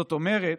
זאת אומרת: